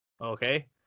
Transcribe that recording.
Okay